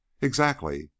Exactly